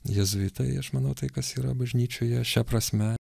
jėzuitai aš manau tai kas yra bažnyčioje šia prasme